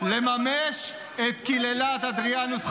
לממש את קללת אדריאנוס קיסר.